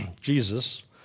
Jesus